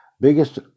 Biggest